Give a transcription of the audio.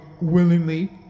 willingly